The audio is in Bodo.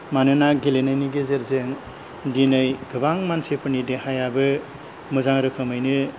मानोना गेलेनायनि गेजेरजों दिनै गोबां मानसिफोरनि देहायाबो मोजां रोखोमैनो